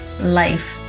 Life